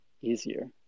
easier